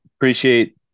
appreciate